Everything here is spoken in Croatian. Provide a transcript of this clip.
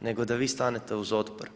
nego da vi stanete uz otpor.